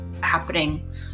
happening